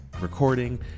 recording